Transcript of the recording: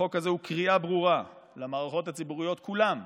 החוק הזה הוא קריאה ברורה למערכות הציבוריות כולן,